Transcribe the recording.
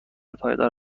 پایدار